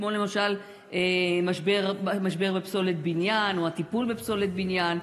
כמו למשל משבר בפסולת בניין או הטיפול בפסולת בניין,